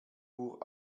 uhr